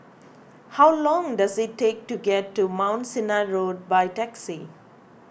how long does it take to get to Mount Sinai Road by taxi